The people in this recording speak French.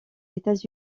états